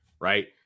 right